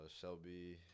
shelby